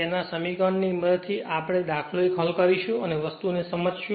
તેના સમીકરણ ને મદદથી આપણે 1 દાખલો લઈશું અને વસ્તુ ને સમજશુ